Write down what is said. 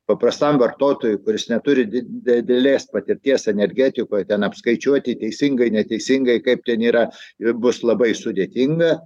paprastam vartotojui kuris neturi didelės patirties energetikoj ten apskaičiuoti teisingai neteisingai kaip ten yra ir bus labai sudėtinga